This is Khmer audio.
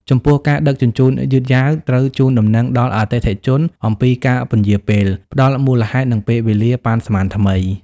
ចំពោះការដឹកជញ្ជូនយឺតយ៉ាវ ត្រូវជូនដំណឹងដល់អតិថិជនអំពីការពន្យារពេល ផ្តល់មូលហេតុ និងពេលវេលាប៉ាន់ស្មានថ្មី។